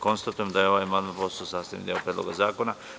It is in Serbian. Konstatujem da je ovaj amandman postao sastavni deo Predloga zakona.